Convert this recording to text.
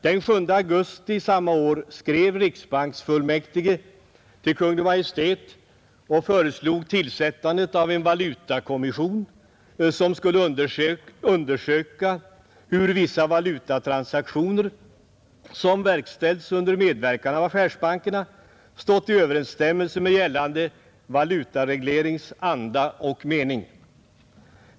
Den 7 augusti samma år skrev riksbanksfullmäktige till Kungl. Maj:t och föreslog tillsättande av en valutakommission, som skulle undersöka hur vissa valutatransaktioner, som verkställts under medverkan av affärsbankerna, stått i överensstämmelse med gällande valutareglerings anda och mening.